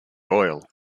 oil